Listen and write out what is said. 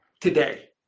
today